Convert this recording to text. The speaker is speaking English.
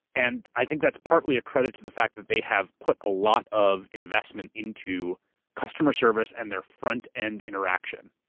and i think that's partly a credit to the fact that they have put a lot of investment into customer service and their front-end and interaction.